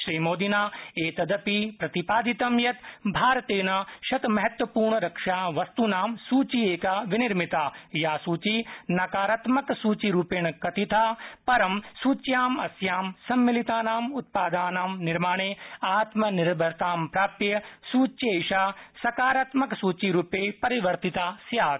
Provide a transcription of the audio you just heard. श्री मोदिना एतदपि प्रतिपादितं यत् भारतेन शत महत्वपूर्ण रक्षा वस्त्नां सूचिएका विनिर्मिता या सूची नकारात्मक सूची रूपेण कथिता पर सच्याम अस्याम सम्मिलितानां उत्पादानां निर्माणे आत्मनिभरतां प्राप्य सचि एषा सकारात्मक सची रूपे परिवर्तिता स्यात